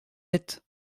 êtes